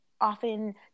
often